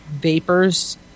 vapors